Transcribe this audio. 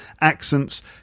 accents